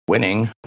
Winning